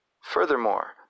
Furthermore